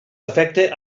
afecta